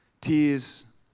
Tears